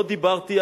לא דיברתי,